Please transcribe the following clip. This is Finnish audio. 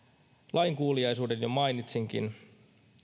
lainkuuliaisuuden jo mainitsinkin